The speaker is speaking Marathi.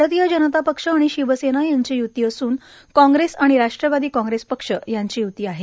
भारतीय जनता पक्ष आणि शिवसेना यांची यूती असून कांग्रेस आणि राष्ट्रवादी कांग्रेस पक्ष यांची यूती आहे